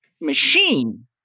machine